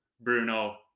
Bruno